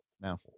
now